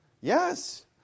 Yes